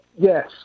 Yes